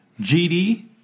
GD